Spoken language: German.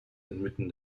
inmitten